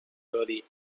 early